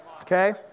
Okay